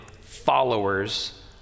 followers